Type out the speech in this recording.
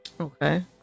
Okay